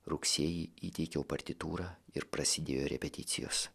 rugsėjį įteikiau partitūrą ir prasidėjo repeticijos